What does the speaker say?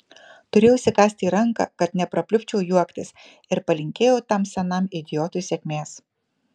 turėjau įsikąsti į ranką kad neprapliupčiau juoktis ir palinkėjau tam senam idiotui sėkmės